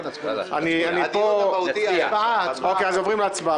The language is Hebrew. אנחנו עוברים להצבעה.